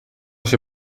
się